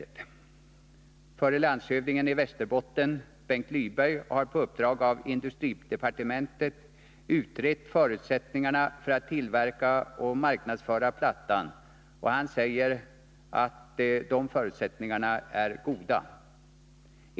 Den förre landshövdingen i Västerbotten, Bengt Lyberg, har på uppdrag av industridepartementet utrett förutsättningarna för att tillverka och marknadsföra plattan, och han säger att dessa förutsättningar är goda.